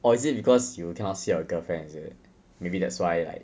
or is it because you cannot see your girlfriend is it maybe that's why like